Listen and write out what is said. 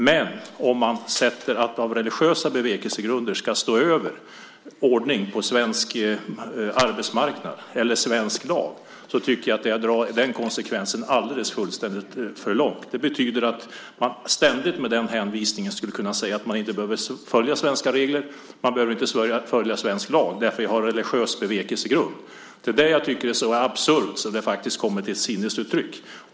Men om man sätter upp att religiösa bevekelsegrunder ska stå över ordning på svensk arbetsmarknad eller svensk lag tycker jag att det är att dra den konsekvensen alldeles fullständigt för långt. Det betyder att man ständigt med den hänvisningen skulle kunna säga att man inte behöver följa svenska regler: Jag behöver inte följa svensk lag, för jag har en religiös bevekelsegrund. Det är det jag tycker är så absurt så det faktiskt kommer till ett sinnesuttryck.